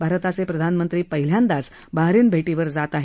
भारताचे प्रधानमंत्री पहिल्यांदाच बहारिन भेटीवर जात आहेत